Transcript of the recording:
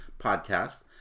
podcast